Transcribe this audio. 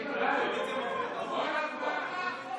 עוד פעם הגעת לפה?